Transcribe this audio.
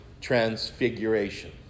transfiguration